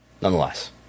Nonetheless